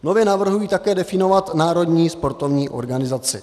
Nově navrhuji také definovat národní sportovní organizaci.